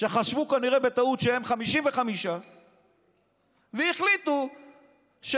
שחשבו כנראה בטעות שהם 55 והחליטו שהם